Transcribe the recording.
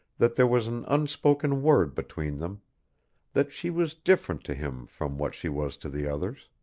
that there was an unspoken word between them that she was different to him from what she was to the others.